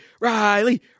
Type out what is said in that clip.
Riley